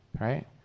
right